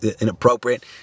inappropriate